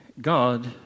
God